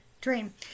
dream